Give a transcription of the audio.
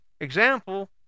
Example